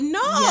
no